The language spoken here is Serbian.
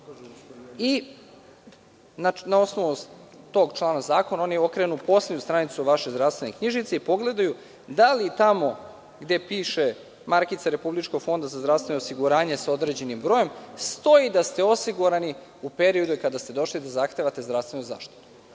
Na osnovu tog člana zakona oni okrenu poslednju stranicu vaše zdravstvene knjižice i pogledaju da li tamo gde piše markica Republičkog fonda za zdravstveno osiguranje sa određenim brojem stoji da ste osigurani u periodu kada ste došli da zahtevate zdravstvenu zaštitu. Ako